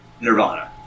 Nirvana